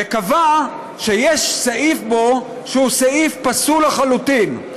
וקבע שיש סעיף בו שהוא סעיף פסול לחלוטין.